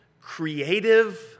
creative